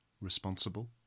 responsible